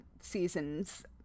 seasons